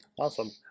awesome